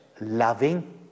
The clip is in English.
loving